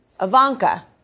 Ivanka